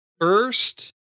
first